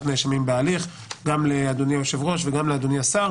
נאשמים בהליך זה חשוב גם לאדוני היושב-ראש וגם לאדוני השר